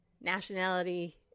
nationality